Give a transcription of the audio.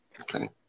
Okay